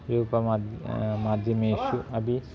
रूपकमाध्यमेषु अपि